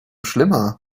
schlimmer